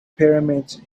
pyramids